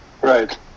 right